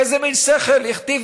איזה מין שכל הכתיב